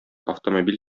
автомобиль